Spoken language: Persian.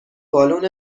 بالن